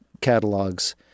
catalogs